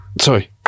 sorry